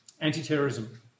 anti-terrorism